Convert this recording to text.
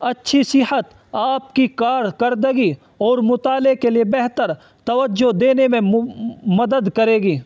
اچھی صحت آپ کی کارکردگی اور مطالعے کے لیے بہتر توجہ دینے میں مدد کرے گی